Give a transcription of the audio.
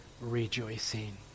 rejoicing